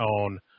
own